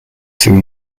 through